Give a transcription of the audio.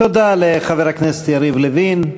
תודה לחבר הכנסת יריב לוין.